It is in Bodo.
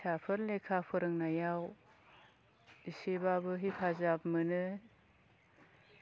फिसाफोर लेखा फोरोंनायाव एसेबाबो हेफाजाब मोनो